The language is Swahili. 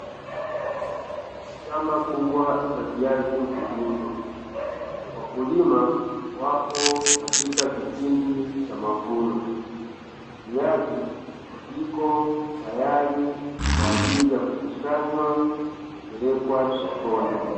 Shamba kubwa la viazi mviringo, wakulima wapo katika kipindi cha mavuno, viazi viko tayari kwa ajili ya kukusanywa kupelekwa sokoni.